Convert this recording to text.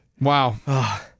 Wow